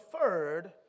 preferred